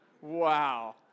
wow